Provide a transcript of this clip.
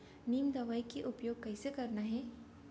नीम दवई के उपयोग कइसे करना है?